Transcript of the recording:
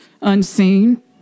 unseen